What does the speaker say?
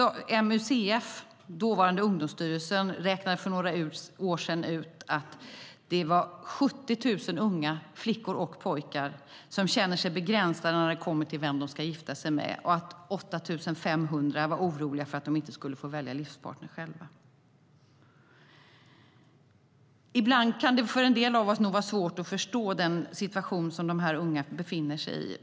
MUCF, dåvarande Ungdomsstyrelsen, räknade för några år sedan ut att det var 70 000 unga flickor och pojkar som kände sig begränsade när det kommer till vem de ska gifta sig med och att 8 500 var oroliga för att de inte skulle få välja livspartner själva. Ibland kan det nog vara svårt för en del av oss att förstå den situation som de här unga befinner sig i.